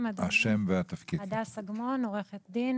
עורכת דין,